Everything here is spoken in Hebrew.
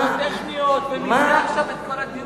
הסתייגויות טכניות, ומזה עכשיו תעשה את כל הדיון.